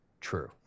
true